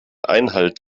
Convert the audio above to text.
einhalt